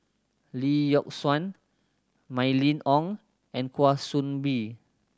Lee Yock Suan Mylene Ong and Kwa Soon Bee